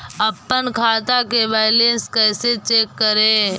अपन खाता के बैलेंस कैसे चेक करे?